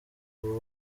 kuba